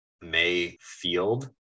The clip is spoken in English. Mayfield